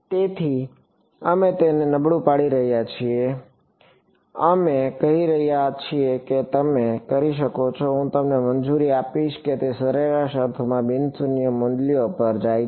તેથી અમે તેને નબળું પાડી રહ્યા છીએ અમે કહી રહ્યા છીએ કે તમે કરી શકો છો હું તમને પણ મંજૂરી આપીશ કે તે સરેરાશ અર્થમાં બિન શૂન્ય મૂલ્યો પર જાય છે